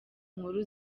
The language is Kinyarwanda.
nkuru